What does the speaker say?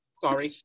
Sorry